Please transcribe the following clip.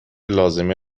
لازمه